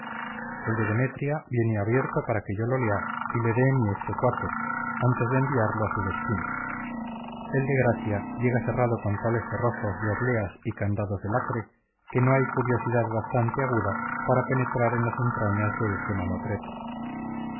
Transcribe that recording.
el de demetria viene abierto para que yo lo lea y le dé mi exequatur antes de enviarlo a su destino el de gracia llega cerrado con tales cerrojos de obleas y candados de lacre que no hay curiosidad bastante aguda para penetrar en las entrañas de este mamotreto